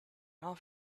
off